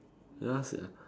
ya sia